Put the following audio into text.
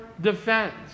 defense